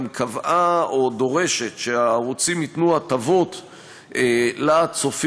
המועצה גם קבעה או דורשת שהערוצים ייתנו הטבות לצופים,